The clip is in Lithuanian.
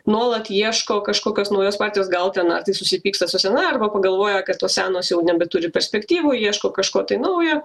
nuolat ieško kažkokios naujos partijos gal ten na ar tai susipyksta su sena arba pagalvoja kad tos senos jau nebeturi perspektyvų ieško kažko tai naujo